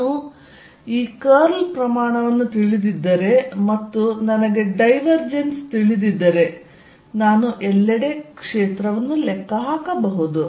ನಾನು ಈ ಕರ್ಲ್ ಪ್ರಮಾಣವನ್ನು ತಿಳಿದಿದ್ದರೆ ಮತ್ತು ನನಗೆ ಡೈವರ್ಜೆನ್ಸ್ ತಿಳಿದಿದ್ದರೆ ನಾನು ಎಲ್ಲೆಡೆ ಕ್ಷೇತ್ರವನ್ನು ಲೆಕ್ಕ ಹಾಕಬಹುದು